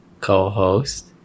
co-host